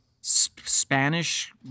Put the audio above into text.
Spanish